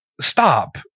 Stop